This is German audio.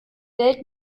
welt